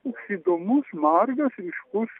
toks įdomus margas ryškus